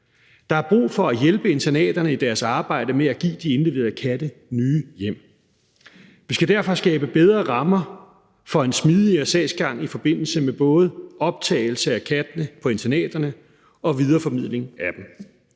Der er brug for at hjælpe internaterne i deres arbejde med at give de indleverede katte nye hjem. Vi skal derfor skabe bedre rammer for en smidigere sagsgang i forbindelse med både optagelse af kattene på internaterne og videreformidling af dem.